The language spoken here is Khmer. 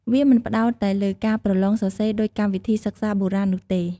វាមិនផ្តោតតែលើការប្រឡងសរសេរដូចកម្មវិធីសិក្សាបុរាណនោះទេ។